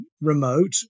remote